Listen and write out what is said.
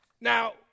Now